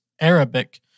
Arabic